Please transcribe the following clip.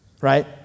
right